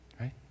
right